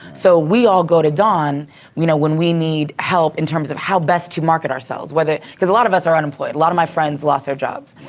so we all go to dawn you know when we need help in terms of how best to market ourselves cause a lot of us are unemployed. a lot of my friends lost their jobs